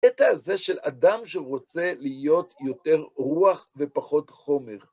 הקטע הזה של אדם שרוצה להיות יותר רוח ופחות חומר.